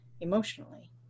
emotionally